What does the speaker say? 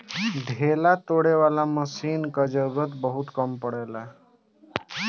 ढेला तोड़े वाला मशीन कअ जरूरत बहुत कम पड़ेला